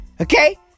Okay